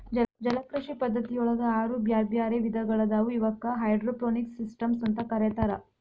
ಜಲಕೃಷಿ ಪದ್ಧತಿಯೊಳಗ ಆರು ಬ್ಯಾರ್ಬ್ಯಾರೇ ವಿಧಗಳಾದವು ಇವಕ್ಕ ಹೈಡ್ರೋಪೋನಿಕ್ಸ್ ಸಿಸ್ಟಮ್ಸ್ ಅಂತ ಕರೇತಾರ